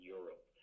Europe